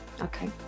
Okay